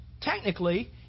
technically